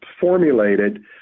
formulated